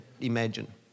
imagine